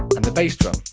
but and the bass drum,